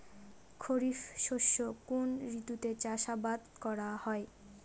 খরিফ শস্য কোন ঋতুতে চাষাবাদ করা হয়?